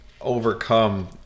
overcome